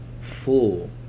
full